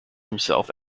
himself